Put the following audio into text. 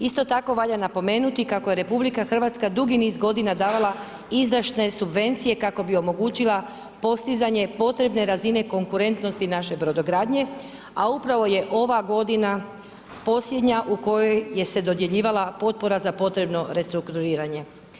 Isto tako valja napomenuti kako je RH, dugi n iz godina davala izdašne subvencije kako bi omogućila postizanje potrebne razine konkurentnosti naše brodogradnje, a upravo je ova godina posljednja u kojoj se dodjeljivala potrebo restrukturiranje.